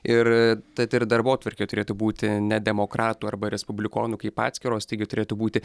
ir tad ir darbotvarkė turėtų būti ne demokratų arba respublikonų kaip atskiros taigi turėtų būti